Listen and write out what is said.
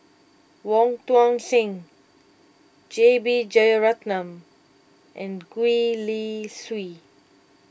Wong Tuang Seng J B Jeyaretnam and Gwee Li Sui